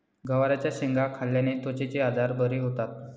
गवारच्या शेंगा खाल्ल्याने त्वचेचे आजार बरे होतात